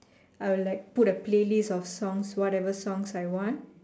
I will like put a playlist of songs whatever songs I want